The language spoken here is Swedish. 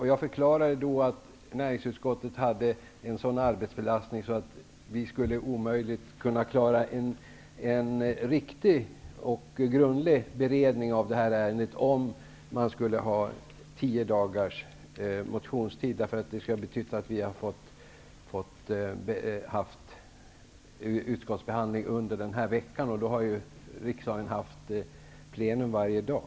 Jag förklarade då att näringsutskottet hade en så stor arbetsbelastning att vi omöjligen kunde hinna med en grundlig och riktig beredning av ärendet, om motionstiden utsträcktes till tio dagar. Om motionstiden hade utsträckts till tio dagar, hade utskottet tvingats sammanträda under denna vecka, då ju kammaren har haft plenum varje dag.